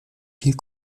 viel